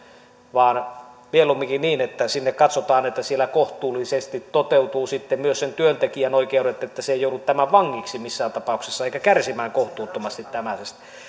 vaan mieluumminkin niin että katsotaan että siellä kohtuullisesti toteutuvat sitten myös sen työntekijän oikeudet että se ei joudu tämän vangiksi missään tapauksessa eikä kärsimään kohtuuttomasti